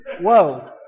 Whoa